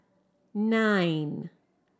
nine